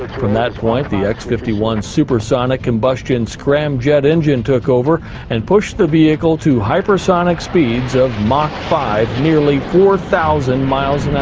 from that point the fifty one supersonic combustion scramjet engine took over and pushed the vehicle to hypersonic speeds of mach five, nearly four thousand miles an hour.